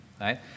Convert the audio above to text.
right